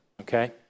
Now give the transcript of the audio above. okay